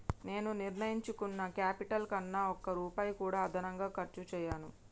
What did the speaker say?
నేను నిర్ణయించుకున్న క్యాపిటల్ కన్నా ఒక్క రూపాయి కూడా అదనంగా ఖర్చు చేయను